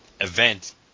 event